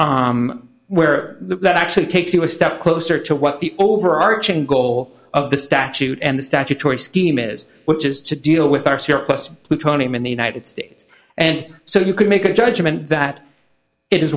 where that actually takes you a step closer to what the overarching goal of the statute and the statutory scheme is which is to deal with our surplus plutonium in the united states and so you can make a judgment that it is